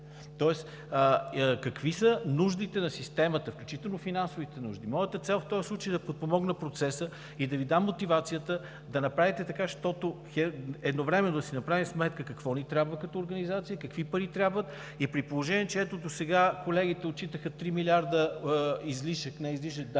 Тоест какви са нуждите на системата, включително и финансовите нужди? Моята цел в този случай е да подпомогна процеса и да Ви дам мотивацията да направите така, за да си направим едновременно сметка какво ни трябва като организация, какви пари трябват, и при положение че досега колегите отчитаха 3 милиарда излишък, не излишък, а